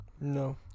No